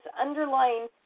underlying